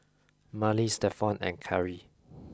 Mallie Stephon and Khari